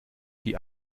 die